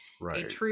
right